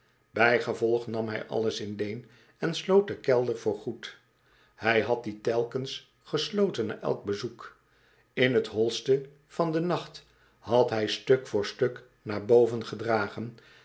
bijgevolg nam hij alles in leen en sloot den kelder voorgoed hij had dien telkens gesloten na elk bezoek in t holste van den nacht had hij stuk voor stuk naar boven gedragen